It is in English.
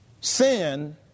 sin